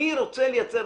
אני רוצה לייצר.